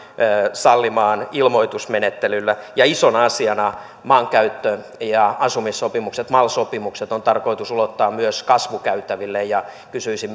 sallimaan ilmoitusmenettelyllä isona asiana maankäyttö ja asumissopimukset mal sopimukset on tarkoitus ulottaa myös kasvukäytäville ja kysyisin